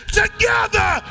together